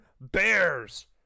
bears